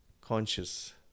conscious